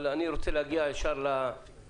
אבל אני רוצה להגיע ישר לבעייתיות.